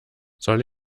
soll